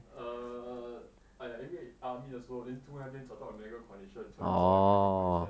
err !aiya! 因为 army 的时候 then 突然间找到 a medical condition so 按照 my medical condition